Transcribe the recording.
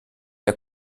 der